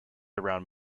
around